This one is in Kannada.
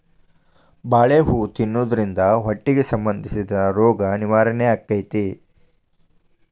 ಬಾಳೆ ಹೂ ತಿನ್ನುದ್ರಿಂದ ಹೊಟ್ಟಿಗೆ ಸಂಬಂಧಿಸಿದ ರೋಗ ನಿವಾರಣೆ ಅಕೈತಿ